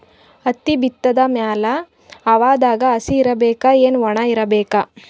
ಹತ್ತಿ ಬಿತ್ತದ ಮ್ಯಾಲ ಹವಾದಾಗ ಹಸಿ ಇರಬೇಕಾ, ಏನ್ ಒಣಇರಬೇಕ?